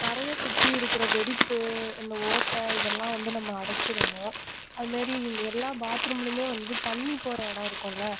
தரையை சுற்றி இருக்கிற வெடிப்பு இந்த ஓட்டை இதல்லாம் வந்து நம்ம அடைச்சிடணும் அது மாரி இந்த எல்லா பாத்ரூம்லேயுமே வந்து தண்ணி போகிற இடம் இருக்குல்லயா